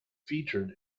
featured